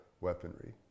weaponry